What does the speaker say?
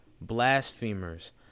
blasphemers